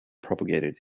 propagated